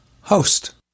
host